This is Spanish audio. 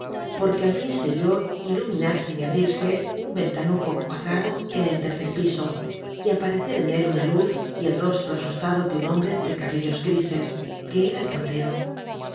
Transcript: porque al fin se yió iluminarse y abrirse un ventanuco cuadrado en el tercer piso y aparecer en él una luz y el rostro asustado de un hombre de cabellos grises que era el portero